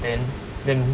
then then